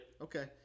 Okay